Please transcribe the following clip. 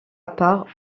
part